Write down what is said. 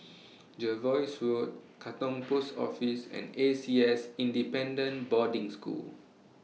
Jervois Road Katong Post Office and A C S Independent Boarding School